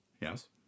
Yes